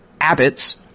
Abbott's